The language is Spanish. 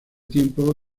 tiempo